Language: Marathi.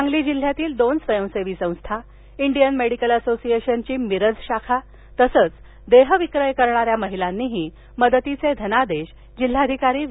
सांगली जिल्ह्यातील दोन स्वयंसेवी संस्था इंडियन मेडिकल असोसिएशनची मिरज शाखा तसच देह विक्रय करणाऱ्या महिलांनीही मदतीचे धनादेश जिल्हाधिकारी वि